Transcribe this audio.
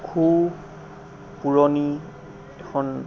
খুব পুৰণি এখন